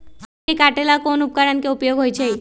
राई के काटे ला कोंन उपकरण के उपयोग होइ छई?